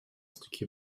stukje